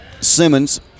Simmons